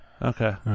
Okay